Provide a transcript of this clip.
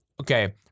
Okay